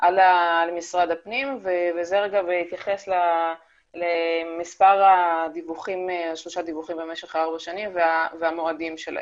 על שמרד הפנים ולהתייחס למספר הדיווחים במשך ארבע שנים והמועדים שלהם.